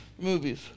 Movies